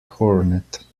hornet